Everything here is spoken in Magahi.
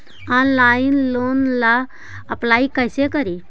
ऑनलाइन लोन ला अप्लाई कैसे करी?